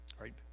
right